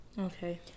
Okay